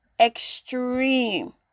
extreme